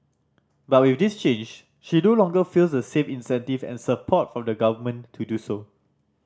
but with this change she no longer feels the same incentive and support from the Government to do so